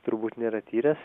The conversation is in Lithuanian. turbūt nėra tyręs